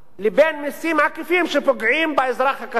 לבין מסים עקיפים, שפוגעים באזרח הקטן?